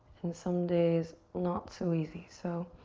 and some days not so easy. so